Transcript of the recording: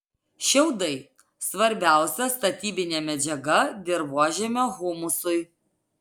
šiaudai svarbiausia statybinė medžiaga dirvožemio humusui